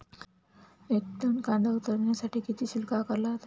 एक टन कांदा उतरवण्यासाठी किती शुल्क आकारला जातो?